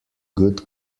good